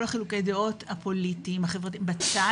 שמים את כל חילוקי הדעות הפוליטיים בצד,